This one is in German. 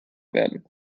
werden